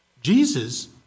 Jesus